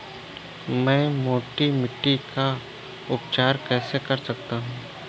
मैं मोटी मिट्टी का उपचार कैसे कर सकता हूँ?